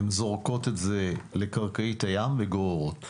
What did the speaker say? הם זורקות את זה לקרקעית הים וגוררות.